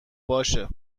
باشه